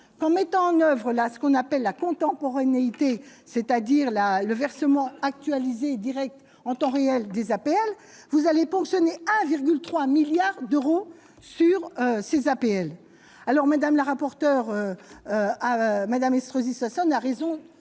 mette en oeuvre la ce qu'on appelle la contemporanéité, c'est-à-dire la le versement actualisé Direct en temps réel des appels vous allez ponctionner 1,3 milliards d'euros sur ces APL alors Madame la rapporteure Mesdames Estrosi Sassone a raison